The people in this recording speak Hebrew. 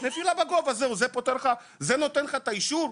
נפילה בגובה זהו, זה נותן לך את האישור?